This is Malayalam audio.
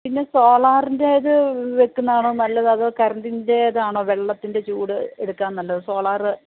പിന്നെ സോളാറിൻ്റെ ഇത് വയ്ക്കുന്നതാണോ നല്ലത് അതോ കറൻ്റിൻ്റെതാണോ വെള്ളത്തിൻ്റെ ചൂട് എടുക്കാൻ നല്ലത് സോളാറ്